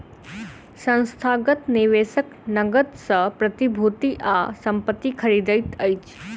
संस्थागत निवेशक नकद सॅ प्रतिभूति आ संपत्ति खरीदैत अछि